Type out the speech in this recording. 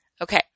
Okay